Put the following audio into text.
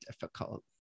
difficult